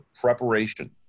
preparation